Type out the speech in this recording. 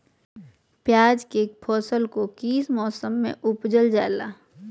प्याज के फसल को किस मौसम में उपजल जाला?